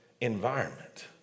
environment